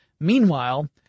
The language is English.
Meanwhile